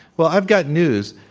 well, i've got news.